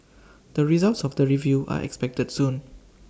the results of the review are expected soon